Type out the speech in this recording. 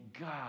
God